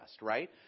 right